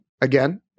again